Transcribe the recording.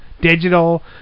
digital